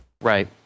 right